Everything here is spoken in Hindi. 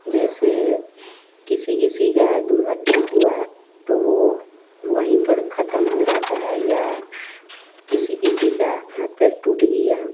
जैसे किसी किसी की दुर्घटना हुआ तो वह वहीं पर ख़त्म हो जाता है या किसी का हाथ पैर टूट गया